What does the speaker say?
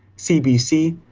cbc,